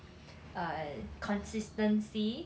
uh consistency